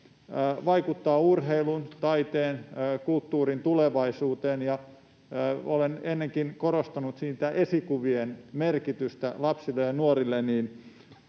vaikuttaa urheilun, taiteen, kulttuurin tulevaisuuteen. Olen ennenkin korostanut esikuvien merkitystä lapsille ja nuorille,